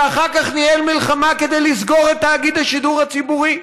ואחר כך ניהל מלחמה כדי לסגור את תאגיד השידור הציבורי.